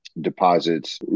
deposits